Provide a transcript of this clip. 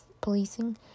policing